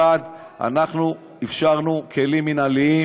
1. אנחנו אפשרנו כלים מינהליים